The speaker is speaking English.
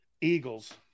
Eagles